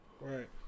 Right